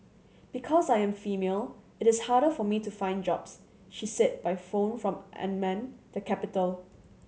because I am female it is harder for me to find jobs she said by phone from Amman the capital